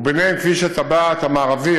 וביניהם כביש הטבעת המערבי,